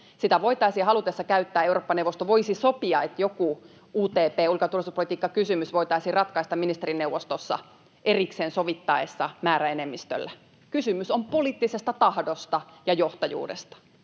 jota voitaisiin haluttaessa käyttää. Eurooppa-neuvosto voisi sopia, että joku UTP- eli ulko- ja turvallisuuspolitiikkakysymys voitaisiin ratkaista ministerineuvostossa erikseen sovittaessa määräenemmistöllä. Kysymys on poliittisesta tahdosta ja johtajuudesta.